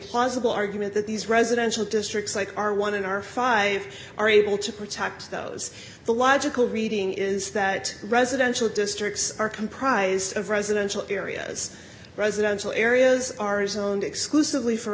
plausible argument that these residential districts like our one in our five are able to protect those the logical reading is that residential districts are comprised of residential areas residential areas are zoned exclusively for